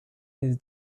his